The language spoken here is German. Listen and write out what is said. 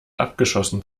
abgeschossen